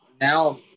now